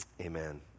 amen